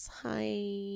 Hi